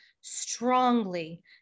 strongly